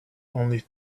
only